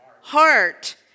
heart